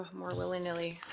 more willy-nilly.